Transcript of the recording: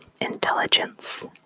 Intelligence